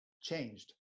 changed